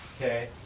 Okay